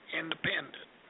independent